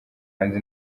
hanze